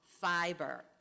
fiber